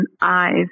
eyes